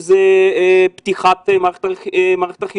אם זה פתיחת מערכת החינוך,